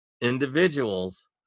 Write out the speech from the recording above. individuals